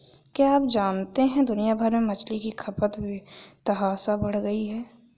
क्या आप जानते है दुनिया भर में मछली की खपत बेतहाशा बढ़ गयी है?